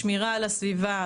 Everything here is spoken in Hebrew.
שמירה על הסביבה,